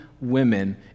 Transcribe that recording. women